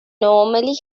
normally